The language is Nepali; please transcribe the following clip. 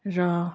र